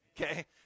Okay